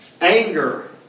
Anger